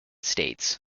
states